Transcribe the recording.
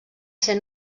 ser